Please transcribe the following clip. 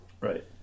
Right